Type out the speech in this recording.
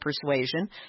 persuasion